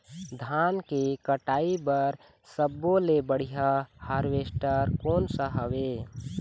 धान के कटाई बर सब्बो ले बढ़िया हारवेस्ट कोन सा हवए?